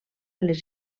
les